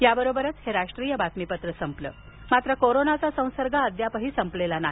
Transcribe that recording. याबरोबरच हे राष्ट्रीय बातमीपत्र संपलं कोरोनाचा संसर्ग अद्याप संपलेला नाही